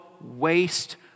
waste